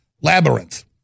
labyrinth